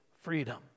Freedom